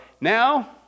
now